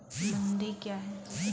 मंडी क्या हैं?